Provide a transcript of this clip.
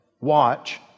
Watch